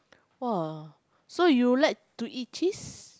!wah! so you like to eat cheese